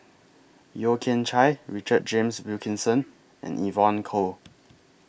Yeo Kian Chye Richard James Wilkinson and Evon Kow